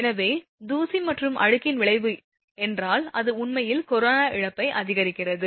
எனவே தூசி மற்றும் அழுக்கின் விளைவு என்றால் அது உண்மையில் கொரோனா இழப்பை அதிகரிக்கிறது